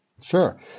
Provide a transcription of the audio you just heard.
Sure